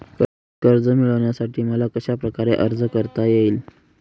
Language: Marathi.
कर्ज मिळविण्यासाठी मला कशाप्रकारे अर्ज करता येईल?